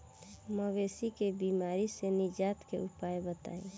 मवेशी के बिमारी से निजात के उपाय बताई?